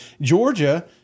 Georgia